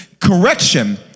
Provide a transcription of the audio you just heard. correction